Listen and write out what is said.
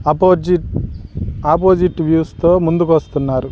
opposite opposite వ్యూస్తో ముందుకు వస్తున్నారు